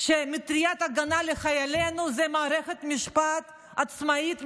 מטריית הגנה לחיילינו זו מערכת משפט עצמאית,